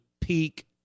peak